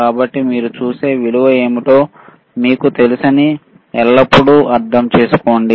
కాబట్టి మీరు చూసే విలువ ఏమిటో మీకు తెలుసని ఎల్లప్పుడూ అర్థం చేసుకోండి